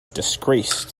disgrace